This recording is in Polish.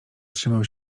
trzymał